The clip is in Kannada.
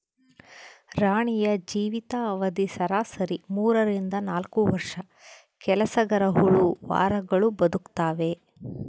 ರಾಣಿಯ ಜೀವಿತ ಅವಧಿ ಸರಾಸರಿ ಮೂರರಿಂದ ನಾಲ್ಕು ವರ್ಷ ಕೆಲಸಗರಹುಳು ವಾರಗಳು ಬದುಕ್ತಾವೆ